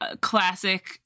classic